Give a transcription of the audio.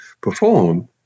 perform